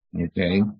okay